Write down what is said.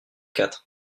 quatre